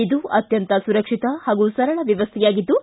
ಇದು ಅತ್ಯಂತ ಸುರಕ್ಷಿತ ಹಾಗೂ ಸರಳ ವ್ಯವಸ್ಥೆಯಾಗಿದ್ದು